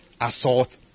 assault